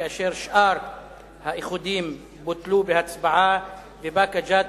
כאשר שאר האיחודים בוטלו בהצבעה ובאקה ג'ת,